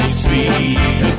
sweet